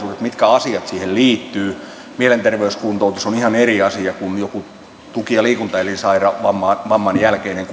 kokonaisuudet mitkä asiat siihen liittyvät mielenterveyskuntoutus on ihan eri asia kuin joku tuki ja liikuntaelinvamman jälkeinen